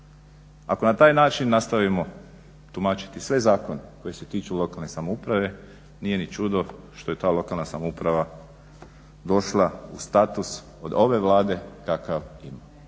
Ako na taj način nastavimo tumačiti sve zakone koji se tiču lokalne samouprave nije ni čudo što je ta lokalna samouprava došla u status od ove Vlade kakav ima,